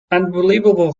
unbelievable